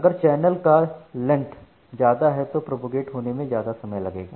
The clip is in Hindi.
अगर चैनल का लेंथ ज्यादा है तो प्रोपेगेट होने में ज्यादा समय लगेगा